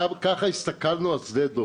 ככה הסתכלנו על שדה דב.